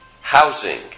Housing